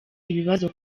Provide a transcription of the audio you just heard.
ibibazo